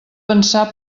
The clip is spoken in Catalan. pensar